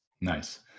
Nice